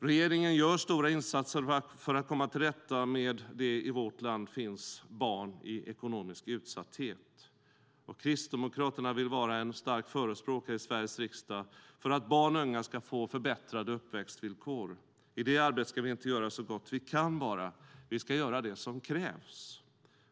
Regeringen gör stora insatser för att komma till rätta med att det i vårt land finns barn i ekonomisk utsatthet. Kristdemokraterna vill vara en stark förespråkare i Sveriges riksdag för att barn och unga ska få förbättrade uppväxtvillkor. I det arbetet ska vi inte bara göra så gott vi kan. Vi ska göra det som krävs!